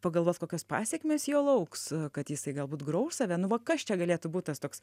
pagalvot kokios pasekmės jo lauks kad jisai galbūt grauš save nu va kas čia galėtų būt tas toks